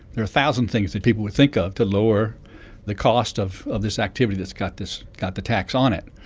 there are a thousand things that people would think of to lower the cost of of this activity that's got this got the tax on it.